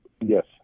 Yes